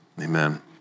Amen